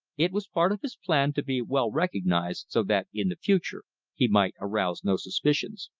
it was part of his plan to be well recognized so that in the future he might arouse no suspicions.